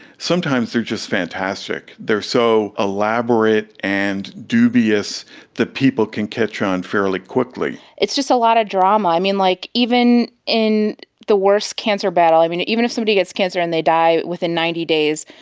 sometimes they are just fantastic, they are so elaborate and dubious that people can catch on fairly quickly. it's just a lot of drama. like even in the worst cancer battle, even even if somebody gets cancer and they die within ninety days,